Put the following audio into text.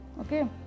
okay